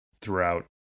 throughout